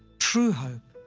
true hope,